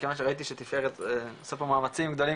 ומכיוון שראיתי שתפארת עושה פה מאמצים גדולים